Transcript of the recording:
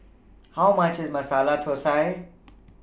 How much IS Masala Thosai